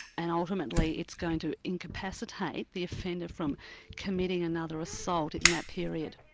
and ultimately it's going to incapacitate the offender from committing another assault in that period.